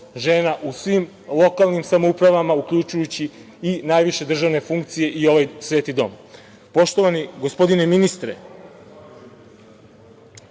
žena u svim lokalnim samoupravama, uključujući i najviše državne funkcije i ovaj sveti dom. Poštovani gospodine ministre,